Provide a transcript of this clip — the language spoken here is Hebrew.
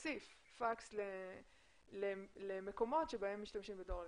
פקס למקומות בהם משתמשים בדואר אלקטרוני.